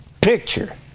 picture